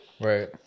right